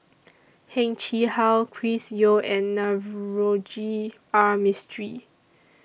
Heng Chee How Chris Yeo and Navroji R Mistri